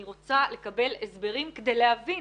אני רוצה לקבל הסברים כדי להבין.